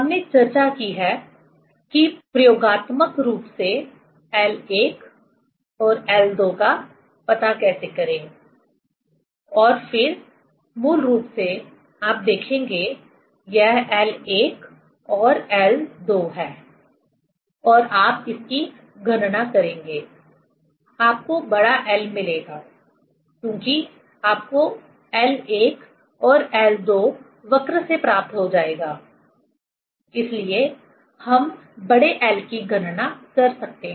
हमने चर्चा की है कि प्रयोगात्मक रूप से l1 और l2 का पता कैसे करें और फिर मूल रूप से आप देखेंगे यह l1 और l2 है और आप इसकी गणना करेंगे आपको बड़ा L मिलेगा क्योंकि आपको l1 और l2 वक्र से प्राप्त हो जाएगा इसलिए हम बड़े L की गणना कर सकते हैं